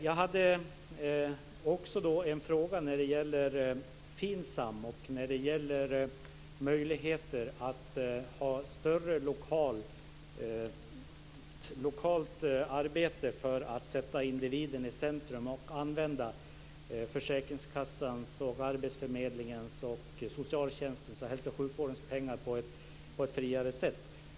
Jag hade också en fråga om FINSAM och möjligheter till större lokalt arbete för att sätta individen i centrum och använda försäkringskassans, arbetsförmedlingens, socialtjänstens samt hälso och sjukvårdens pengar på ett friare sätt.